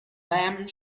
lamp